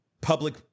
public